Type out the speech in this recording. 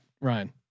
Ryan